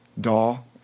doll